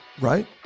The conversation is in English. right